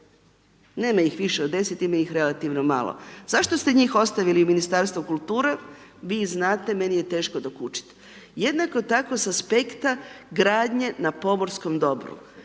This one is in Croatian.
Nema ih više od 10, ima ih relativno malo. Zašto ste njih ostavili Ministarstvu kulture, vi znate meni je teško dokučiti. Jednako tako s aspekta gradnje na pomorskom dobru.